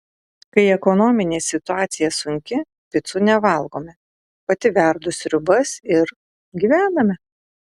kai ekonominė situacija sunki picų nevalgome pati verdu sriubas ir gyvename